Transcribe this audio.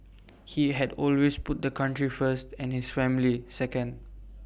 he had always put the country first and his family second